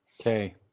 Okay